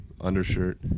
undershirt